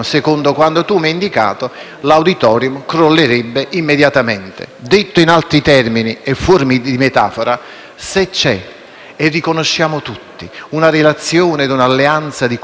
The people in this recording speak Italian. Detto in altri termini e fuor di metafora, se ci sono e riconosciamo tutti una relazione e un'alleanza di cura, il medico deve prendere in considerazione e non può